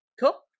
Cool